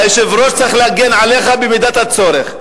היושב-ראש צריך להגן עליך במידת הצורך.